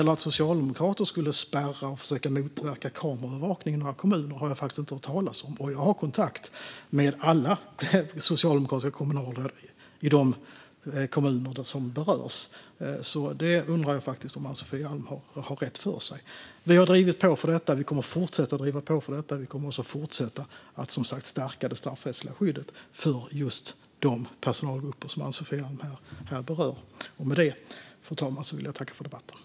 Att socialdemokrater skulle spärra och försöka motverka kameraövervakning i några kommuner har jag faktiskt inte hört talas om, och jag har kontakt med alla socialdemokratiska kommunalråd i de kommuner som berörs. Jag undrar därför faktiskt om Ann-Sofie Alm har rätt i det som hon säger. Vi har drivit på för detta, och vi kommer att fortsätta att driva på för detta. Vi kommer, som sagt, fortsätta att stärka det straffrättsliga skyddet för just de personalgrupper som Ann-Sofie Alm här berör.